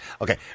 Okay